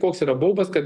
koks yra baubas kad